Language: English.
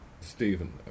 Stephen